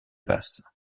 basses